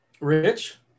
Rich